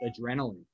adrenaline